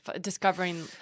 discovering